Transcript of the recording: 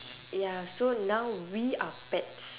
ya so now we are pets